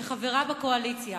כחברה בקואליציה: